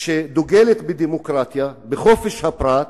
שדוגלת בדמוקרטיה, בחופש הפרט,